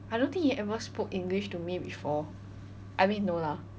I don't think he ever spoke english to me before I mean no lah